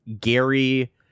gary